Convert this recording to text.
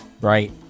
Right